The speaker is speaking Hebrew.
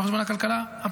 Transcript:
לא על חשבון הכלכלה הפרטית.